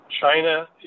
China